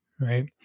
right